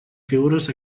figures